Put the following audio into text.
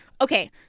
Okay